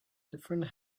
different